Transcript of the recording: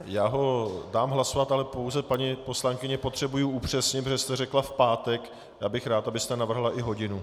Já o něm dám hlasovat, ale pouze, paní poslankyně, potřebuji upřesnit, protože jste řekla v pátek, já bych rád, abyste navrhla i hodinu.